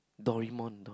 Doraemon do~